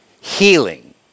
Healing